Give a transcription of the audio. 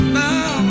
now